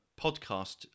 podcast